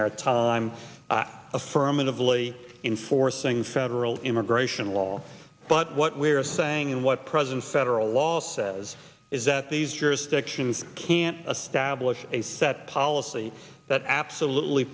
their time affirmatively enforcing federal immigration law but what we're saying and what president federal law says is that these jurisdictions can't a stablish a set policy that absolutely